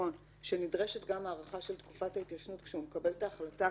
בחשבון שנדרשת גם הארכה של תקופת ההתיישנות כשהוא מקבל את ההחלטה,